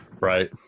Right